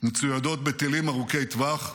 מצוידות בטילים ארוכי טווח,